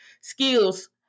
skills